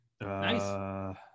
Nice